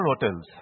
hotels